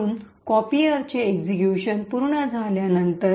म्हणून कॉपीयरचे एक्सिक्यूशन पूर्ण झाल्यानंतर